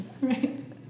right